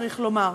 צריך לומר.